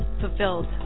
fulfilled